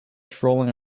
strolling